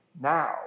Now